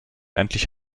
endlich